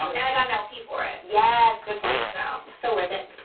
and i got an lp for it. yes, good point. so. so worth it.